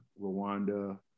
Rwanda